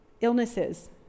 illnesses